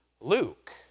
Luke